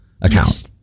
account